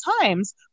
times